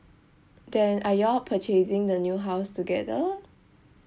then are you all purchasing the new house together